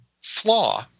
flaw